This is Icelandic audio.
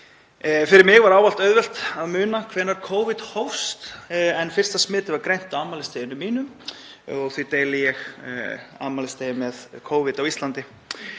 Fyrir mig er ávallt auðvelt að muna hvenær Covid hófst en fyrsta smitið var greint á afmælisdeginum mínum. Því deili ég afmælisdegi með Covid á Íslandi.